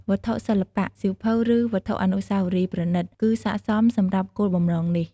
វត្ថុសិល្បៈ សៀវភៅ ឬវត្ថុអនុស្សាវរីយ៍ប្រណិត គឺស័ក្តិសមសម្រាប់គោលបំណងនេះ។